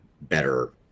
better